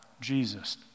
Jesus